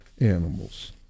animals